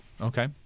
Okay